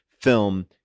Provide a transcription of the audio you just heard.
film